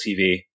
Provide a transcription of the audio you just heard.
TV